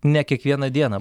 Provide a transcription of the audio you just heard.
ne kiekvieną dieną